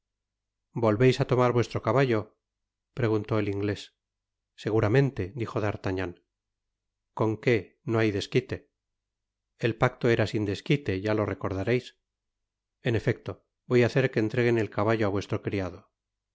volveis á tomar vuestro caballo preguntó el inglés seguramente dijo d'artagnan con que no hay desquite el pacto era sin desquite ya lo recordareis en efecto voy á hacer que entreguen el caballo á vuestro criado